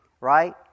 right